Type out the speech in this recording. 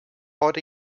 heute